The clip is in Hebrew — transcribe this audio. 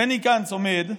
בני גנץ עומד,